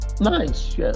nice